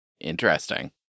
Interesting